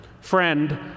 Friend